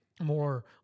more